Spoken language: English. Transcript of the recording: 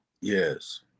Yes